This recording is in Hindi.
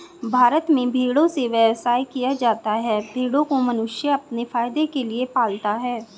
भारत में भेड़ों से व्यवसाय किया जाता है भेड़ों को मनुष्य अपने फायदे के लिए पालता है